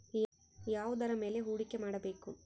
ಯಾವುದರ ಮೇಲೆ ಹೂಡಿಕೆ ಮಾಡಬೇಕು?